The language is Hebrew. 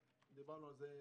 דיברנו על זה,